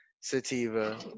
sativa